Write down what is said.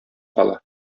кала